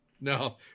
No